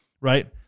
right